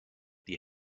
die